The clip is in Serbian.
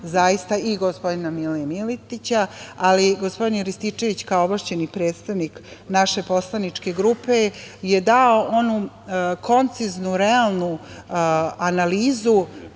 i gospodina Milije Miletića. Gospodin Rističević je, kao ovlašćeni predstavnik naše poslaničke grupe, dao onu konciznu, realnu analizu